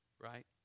right